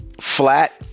flat